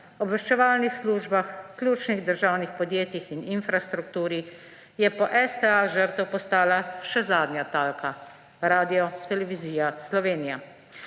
obveščevalnih službah, ključnih državnih podjetjih in infrastrukturi je po STA žrtev postala še zadnja talka, Radiotelevizija Slovenija.